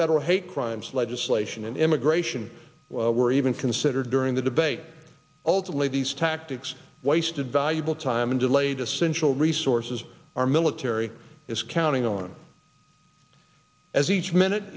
federal hate crimes legislation and immigration were even considered during the debate ultimately these tactics wasted valuable time and delayed essential resources our military is counting on as each minute